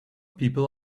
people